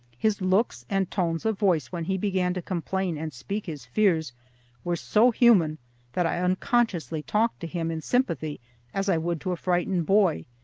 his looks and tones of voice when he began to complain and speak his fears were so human that i unconsciously talked to him in sympathy as i would to a frightened boy,